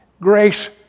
Grace